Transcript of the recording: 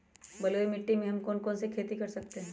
बलुई मिट्टी में हम कौन कौन सी खेती कर सकते हैँ?